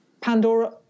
Pandora